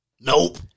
Nope